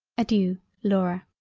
adeiu laura.